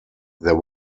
there